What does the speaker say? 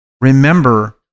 remember